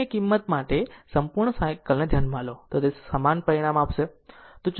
R m ની કિંમત માટે સંપૂર્ણ સાયકલ પણ લો તે સમાન પરિણામ આપશે